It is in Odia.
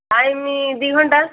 ଟାଇମ୍ ଦୁଇ ଘଣ୍ଟା